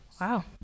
Wow